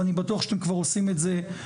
ואני בטוח שאתם כבר עושים את זה,